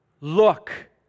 Look